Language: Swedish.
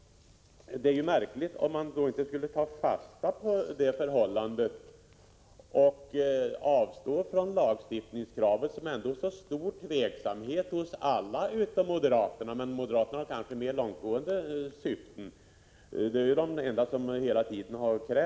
Det vore märkligt om vi då inte skulle ta fasta på detta förhållande och avstå från lagstiftningskravet som ändå rests med stor tveksamhet av alla utom av moderaterna. Moderaterna har kanske Prot. 1986/87:46 mer långtgående syften. De är de enda som hela tiden krävt lagstiftning.